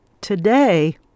today